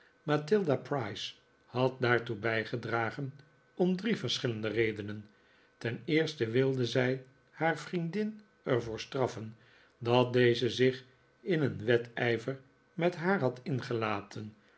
mathilda price had daartoe bijgedragen om drie verschillende redenen ten eerste wilde zij haar vriendin er voor straffen dat deze zich in een wedijver met haar had ingelaten